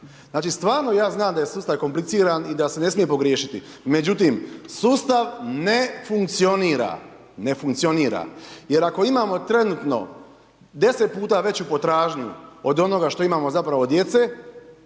Znači, ja stvarno znam da je sustav kompliciran i da se ne smije pogriješiti. Međutim, sustav ne funkcionira, ne funkcionira. Jer ako imamo trenutno 10 puta veću potražnju od onoga što imamo zapravo djece,